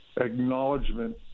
acknowledgement